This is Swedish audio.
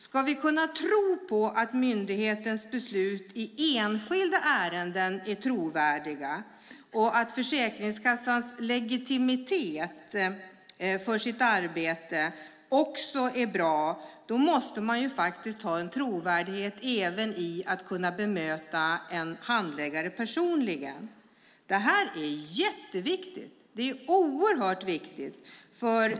Ska vi kunna tro på att myndighetens beslut i enskilda ärenden är trovärdiga och att Försäkringskassans legitimitet för sitt arbete också är bra måste den ha en trovärdighet även i form av att människor personligen ska kunna möta en handläggare. Det är oerhört viktigt.